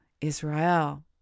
Israel